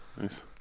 Nice